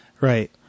Right